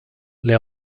les